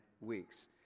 weeks